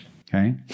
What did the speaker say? okay